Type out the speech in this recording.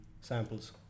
samples